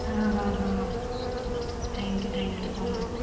हां हां हां थँक्यू थँक्यू सो मच